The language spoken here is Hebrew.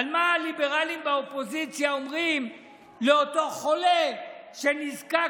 מה הליברלים באופוזיציה אומרים לאותו חולה שנזקק